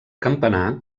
campanar